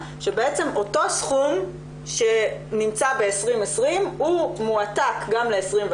שבעצם אותו סכום שנמצא ב-2020 מועתק גם ל-2021,